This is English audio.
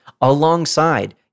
alongside